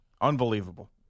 Unbelievable